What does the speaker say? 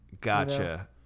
Gotcha